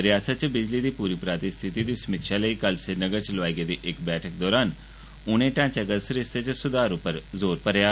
रियासत च बिजली दी पूरी पराती स्थिति दी समीक्षा लेई कल श्रीनगर च लोआई गेदी इक बैठक दौरान उनें ढ़ांचागत सरिस्तें च सुधार उप्पर जोर पाया